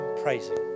praising